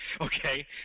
okay